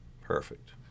Perfect